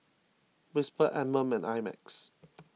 Whisper Anmum and I Max